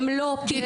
הן לא פתרון.